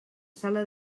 sala